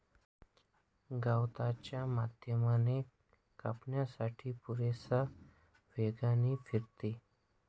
गवताच्या माध्यमाने कापण्यासाठी पुरेशा वेगाने फिरते